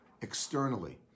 externally